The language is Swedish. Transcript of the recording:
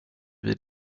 vid